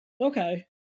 Okay